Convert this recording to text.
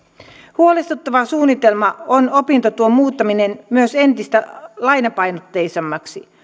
huolestuttava suunnitelma on opintotuen muuttaminen myös entistä lainapainotteisemmaksi